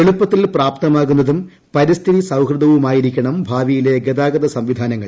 എളുപ്പത്തിൽ പ്രാപ്തമാകുന്നതും പരിസ്ഥിതി സൌഹൃദവുമായിരിക്കണം ഭാവിയിലെ ഗതാഗത സംവിധാനങ്ങൾ